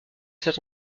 cet